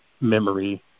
memory